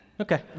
Okay